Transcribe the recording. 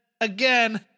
again